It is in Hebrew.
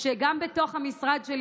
גם בתוך המשרד שלי,